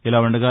ఇలా ఉండగా